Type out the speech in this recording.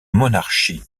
monarchie